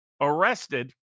arrested